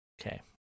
okay